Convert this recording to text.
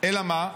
אלא מה,